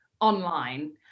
online